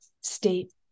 state